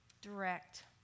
direct